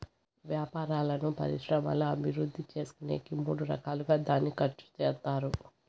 వ్యాపారాలను పరిశ్రమల అభివృద్ధి చేసుకునేకి మూడు రకాలుగా దాన్ని ఖర్చు చేత్తారు